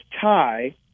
tie